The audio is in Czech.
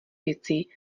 věcí